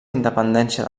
independència